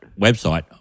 website